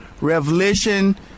revelation